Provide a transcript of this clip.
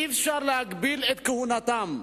אי-אפשר להגביל את כהונתם.